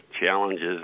challenges